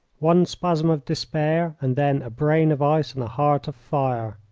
one spasm of despair, and then a brain of ice and a heart of fire.